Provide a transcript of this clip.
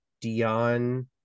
Dion